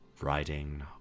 riding